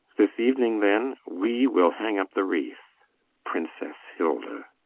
this evening, then, we will hang up the wreath princess hilda.